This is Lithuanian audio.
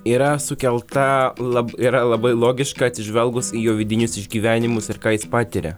yra sukelta lab yra labai logiška atsižvelgus į jo vidinius išgyvenimus ir ką jis patiria